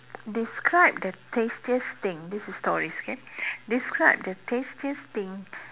describe the tastiest thing this is stories okay describe the tastiest thing